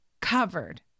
covered